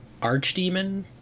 archdemon